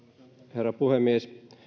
herra puhemies